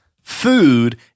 Food